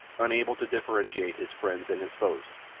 unable to differentiate his friends and his foes.